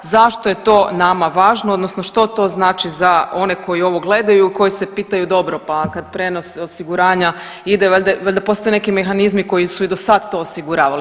Zašto je to nama važno, odnosno što to znači za one koji ovo gledaju, koji se pitaju dobro pa kad prijenos osiguranja ide valjda postoje neki mehanizmi koji su i do sad to osiguravali.